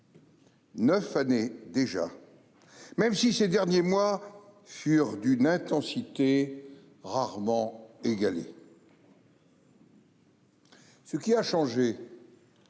neuf années déjà, même si ces derniers mois furent d'une intensité rarement égalée. Ce qui a changé,